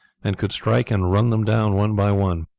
and could strike and run them down one by one.